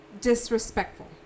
disrespectful